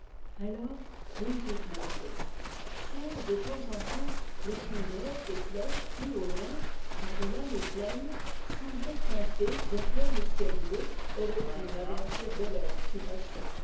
alors plus aucun bruit seul de temps en temps le son d'or des cloches qui au loin par delà les piaines semblait tinter derrière le ciel bleu aurait pu m'avertir de l'heure qui passait